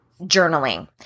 journaling